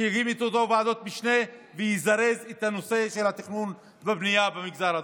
שיקים איתו ועדות משנה ויזרז את הנושא של התכנון והבנייה במגזר הדרוזי.